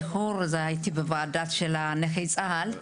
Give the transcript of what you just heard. האיחור כי הייתי בוועדת נכי צה"ל ,